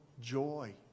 joy